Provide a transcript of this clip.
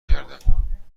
کردم